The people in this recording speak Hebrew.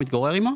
המתגורר עמו,